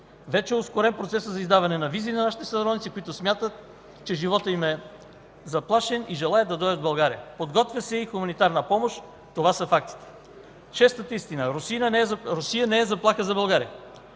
Вече е ускорен процесът за издаване на визи на нашите сънародници, които смятат, че животът им е заплашен и желаят да дойдат в България. Подготвя се и хуманитарна помощ. Това са фактите. Шестата истина: Русия не е заплаха за България.